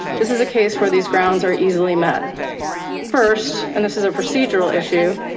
this is a case where these grounds are easily met first. and this is a procedural issue.